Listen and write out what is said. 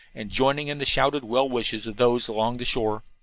and joining in the shouted well-wishes of those along the shore.